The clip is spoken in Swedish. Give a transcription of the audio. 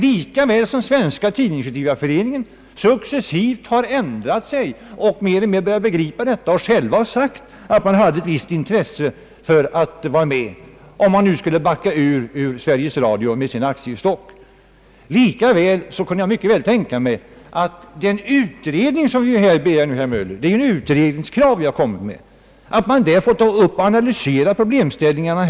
Lika väl som Svenska tidningsutgivareföreningen successivt har ändrat sig och mer och mer börjat begripa det hela och nu sagt sig ha ett visst intresse för att vara med, om man skulle backa ur med sin aktiestock i Sveriges Radio, lika väl kan jag tänka mig att den utredning som vi begär — det är ju, herr Möller, ett utredningskrav vi kommit med — får ta upp och analysera problemställningarna.